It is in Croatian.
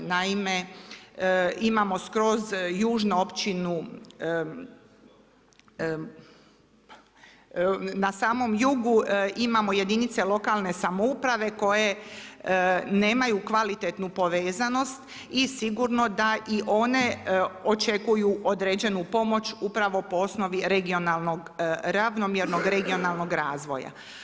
Naime, imamo skroz južno općinu na samom jugu imamo jedinice lokalne samouprave koje nemaju kvalitetnu povezanost i sigurno da i one očekuju određenu pomoć upravo po osnovi regionalnog, ravnomjernog regionalnog razvoja.